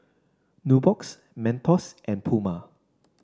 Nubox Mentos and Puma